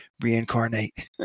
reincarnate